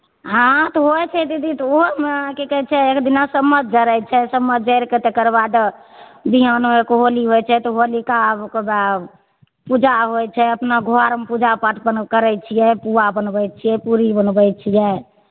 हॅं तऽ होइ छै दिदी तऽ ओहोमे की कहै छै एक दिना सम्मत जरै छै सम्मत जरि कऽ तकर बाद बिहान होइ कऽ होली होइ छै तऽ होलिका आब कऽ वै पूजा होइ छै अपना घऽर मे पूजा पाठ अपन करै छियै पुआ बनबै छियै पूरी बनबै छियै